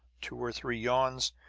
two or three yawns,